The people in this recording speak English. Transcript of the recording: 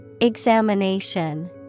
Examination